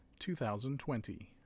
2020